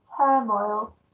turmoil